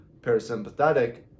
parasympathetic